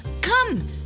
come